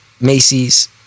Macy's